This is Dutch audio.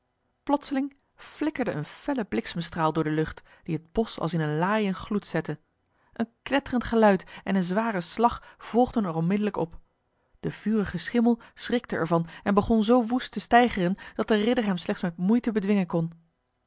plotseling flikkerde een felle bliksemstraal door de lucht die het bosch als in een laaien gloed zette een knetterend geluid en een zware slag volgden er onmiddellijk op de vurige schimmel schrikte er van en begon zoo woest te steigeren dat de ridder hem slechts met moeite bedwingen kon